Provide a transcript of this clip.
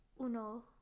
uno